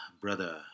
brother